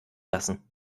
lassen